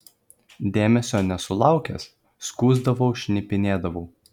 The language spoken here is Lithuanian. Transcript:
dėmesio nesulaukęs skųsdavau šnipinėdavau